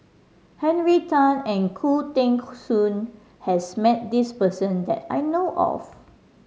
Henry Tan and Khoo Teng Soon has met this person that I know of